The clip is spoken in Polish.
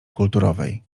kulturowej